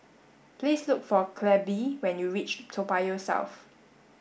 please look for Clabe when you reach Toa Payoh South